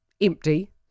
empty